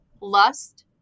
lust